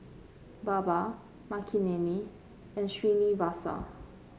Baba Makineni and Srinivasa